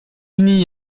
n’y